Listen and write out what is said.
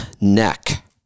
neck